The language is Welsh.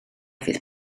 fydd